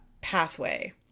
pathway